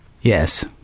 yes